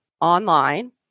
online